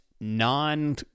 non